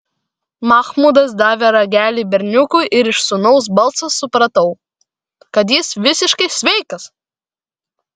machmudas davė ragelį berniukui ir iš sūnaus balso supratau kad jis visiškai sveikas